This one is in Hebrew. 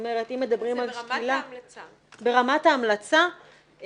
ברמת ההמלצה,